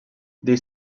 they